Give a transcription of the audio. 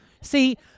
See